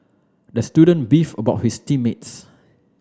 the student beefed about his team mates